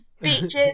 beaches